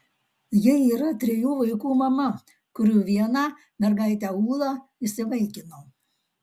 ji yra trijų vaikų mama kurių vieną mergaitę ūlą įsivaikino